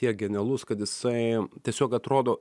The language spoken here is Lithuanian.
tiek genialus kad jisai tiesiog atrodo